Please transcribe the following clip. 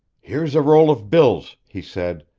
here's a roll of bills, he said.